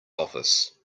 office